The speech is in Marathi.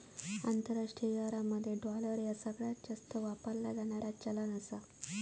आंतरराष्ट्रीय व्यवहारांमध्ये डॉलर ह्या सगळ्यांत जास्त वापरला जाणारा चलान आहे